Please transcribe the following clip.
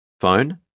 Phone